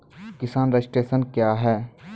किसान रजिस्ट्रेशन क्या हैं?